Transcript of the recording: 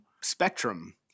Spectrum